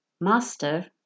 Master